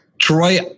Troy